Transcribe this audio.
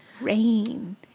Rain